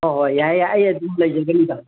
ꯍꯣꯏ ꯍꯣꯏ ꯌꯥꯏ ꯌꯥꯏ ꯑꯩ ꯑꯗꯨꯝ ꯂꯩꯖꯒꯅꯤꯗ